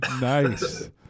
Nice